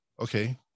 okay